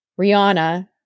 Rihanna